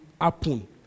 happen